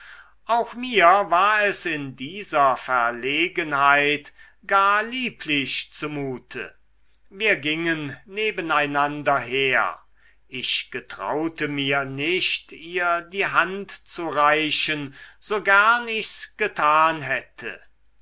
auch mir war es in dieser verlegenheit gar lieblich zumute wir gingen nebeneinander her ich getraute mir nicht ihr die hand zu reichen so gern ich's getan hätte